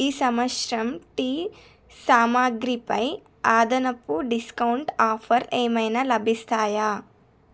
ఈ సంవత్సరం టీ సామాగ్రిపై అదనపు డిస్కౌంట్ ఆఫర్లు ఏమైనా లభిస్తాయా